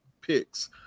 picks